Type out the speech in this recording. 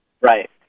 Right